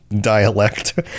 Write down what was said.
dialect